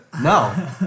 no